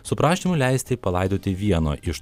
su prašymu leisti palaidoti vieno iš